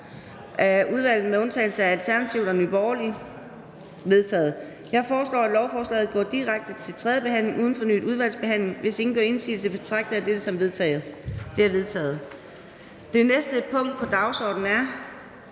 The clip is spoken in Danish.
Det næste punkt på dagsordenen er: